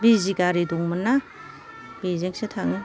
बिजि गारि दंमोन ना बेजोंसो थाङो